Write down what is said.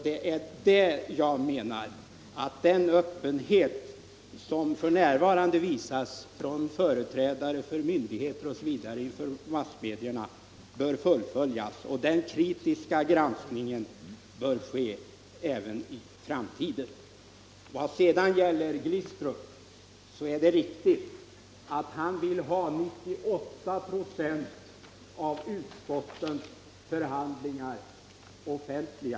Därför menar jag också att den öppenhet inför massmedierna som f.n. visas från företrädare för myndigheter m.fl. bör fullföljas. Den kritiska granskningen bör ske även i framtiden. När det gäller Glistrup är det riktigt att han vill ha 98 96 av utskottens förhandlingar offentliga.